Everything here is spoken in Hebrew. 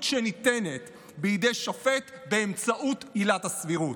שניתנת בידי שופט באמצעות עילת הסבירות,